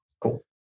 Cool